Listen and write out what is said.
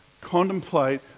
contemplate